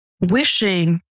wishing